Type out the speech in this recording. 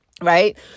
right